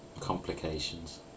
Complications